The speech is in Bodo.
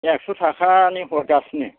एकस'थाखानि हरगासिनो